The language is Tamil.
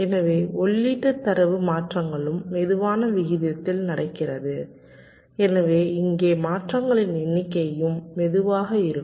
எனவே உள்ளீட்டு தரவு மாற்றங்களும் மெதுவான விகிதத்தில் நடக்கிறது எனவே இங்கே மாற்றங்களின் எண்ணிக்கையும் மெதுவாக இருக்கும்